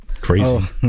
Crazy